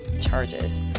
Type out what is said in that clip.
charges